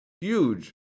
huge